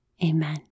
Amen